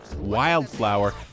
Wildflower